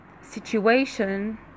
situation